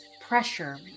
pressure